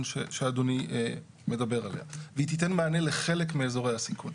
שאדוני מדבר עליה והיא תיתן מענה לחלק מאזורי הסיכון.